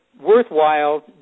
worthwhile